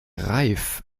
reif